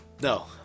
no